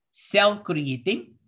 self-creating